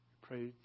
Pray